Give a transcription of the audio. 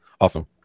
Awesome